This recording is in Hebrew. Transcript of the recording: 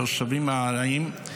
התושבים הארעיים,